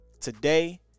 today